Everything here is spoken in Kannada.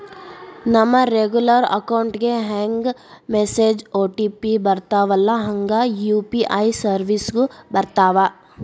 ನಮ ರೆಗ್ಯುಲರ್ ಅಕೌಂಟ್ ಗೆ ಹೆಂಗ ಮೆಸೇಜ್ ಒ.ಟಿ.ಪಿ ಬರ್ತ್ತವಲ್ಲ ಹಂಗ ಯು.ಪಿ.ಐ ಸೆರ್ವಿಸ್ಗು ಬರ್ತಾವ